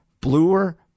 bluer